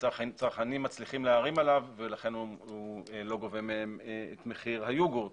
שצרכנים מצליחים להערים עליו ולכן הוא לא גובה מהם את מחיר היוגורט